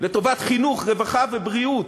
לטובת חינוך, רווחה ובריאות,